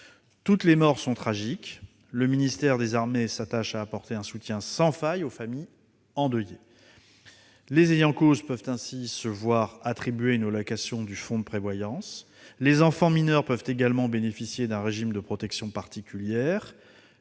Toutes les morts sont tragiques. Le ministère des armées s'attache à apporter un soutien sans faille aux familles endeuillées. Les ayants cause peuvent ainsi se voir attribuer une allocation du fonds de prévoyance. Les enfants mineurs peuvent également bénéficier d'un régime de protection particulier.